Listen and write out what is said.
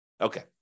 Okay